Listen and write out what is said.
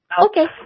Okay